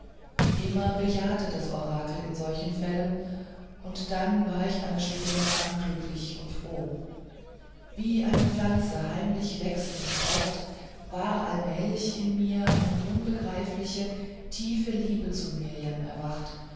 immer bejahte das orakel in solchen fällen und dann war ich eine stunde lang glücklich und froh wie eine pflanze heimlich wächst und sproßt war allmählich in mir eine unbegreifliche tiefe liebe zu mirjam erwacht